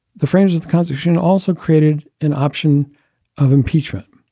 the framers of the constitution also created an option of impeachment,